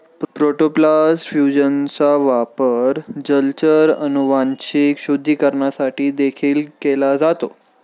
protoplast फ्यूजनचा वापर जलचर अनुवांशिक शुद्धीकरणासाठी देखील केला जातो